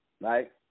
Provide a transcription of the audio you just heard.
right